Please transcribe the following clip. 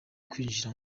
kwinjira